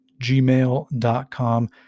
gmail.com